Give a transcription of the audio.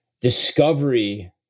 Discovery